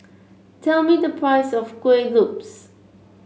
tell me the price of Kueh Lopes